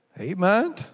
Amen